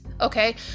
okay